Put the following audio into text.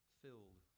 filled